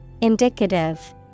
Indicative